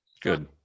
good